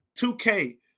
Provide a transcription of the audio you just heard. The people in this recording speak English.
2K